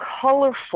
colorful